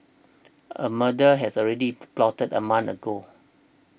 a murder has already plotted a month ago